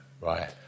Right